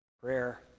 prayer